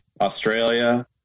Australia